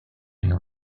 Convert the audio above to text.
and